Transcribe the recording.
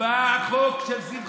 כי בא חוק נכון, שיעבור.